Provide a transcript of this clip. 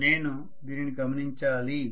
నేను దీనిని గమనించాలి